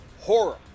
horror